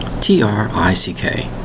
T-R-I-C-K